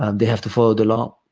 and they have to follow the law.